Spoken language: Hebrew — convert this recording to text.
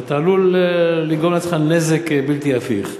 ואתה עלול לגרום לעצמך נזק בלתי הפיך.